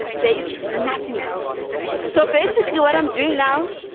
based nothing else so basically what i'm doing now